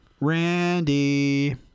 Randy